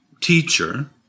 teacher